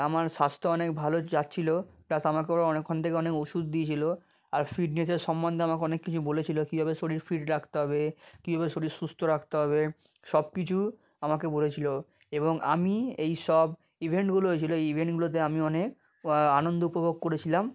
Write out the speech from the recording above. আমার স্বাস্থ্য অনেক ভালো যাচ্ছিল প্লাস আমাকে ওরা অনেকক্ষণ থেকে অনেক ওষুধ দিয়েছিলো আর ফিটনেসের সম্বন্ধে আমাকে অনেক কিছু বলেছিলো কীভাবে শরীর ফিট রাখতে হবে কীভাবে শরীর সুস্থ রাখতে হবে সব কিছু আমাকে বলেছিলো এবং আমি এইসব ইভেন্টগুলো হয়েছিলো এই ইভেন্টগুলোতে আমি অনেক আনন্দ উপভোগ করেছিলাম